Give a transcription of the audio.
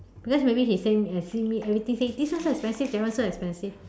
because maybe he say uh see me everything say this one so expensive that one so expensive